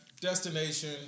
destination